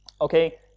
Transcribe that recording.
okay